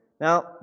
Now